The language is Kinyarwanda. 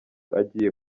agiye